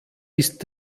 ist